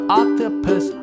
octopus